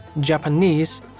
Japanese